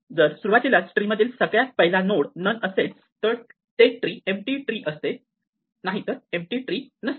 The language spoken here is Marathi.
जर सुरुवातीलाच ट्री मधील सगळ्यात पहिला नोड नन असेल तर ते ट्री एम्पटी ट्री असते नाहीतर ट्री एम्पटी नसते